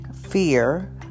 fear